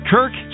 Kirk